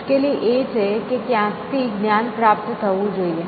મુશ્કેલી એ છે કે ક્યાંકથી જ્ઞાન પ્રાપ્ત થવું જોઈએ